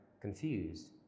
confused